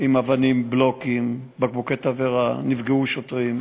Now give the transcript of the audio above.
עם אבנים, בלוקים, בקבוקי תבערה, נפגעו שוטרים,